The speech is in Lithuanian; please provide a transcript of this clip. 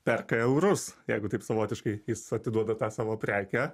perka eurus jeigu taip savotiškai jis atiduoda tą savo prekę